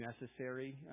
necessary